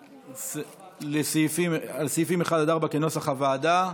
סעיפים 1 4, כנוסח הוועדה.